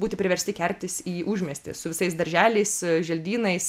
būti priversti keltis į užmiestį su visais darželiais želdynais